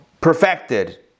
perfected